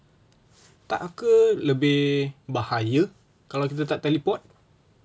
tak ke lebih bahaya kalau kita tak teleport